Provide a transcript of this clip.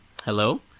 Hello